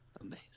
Amazing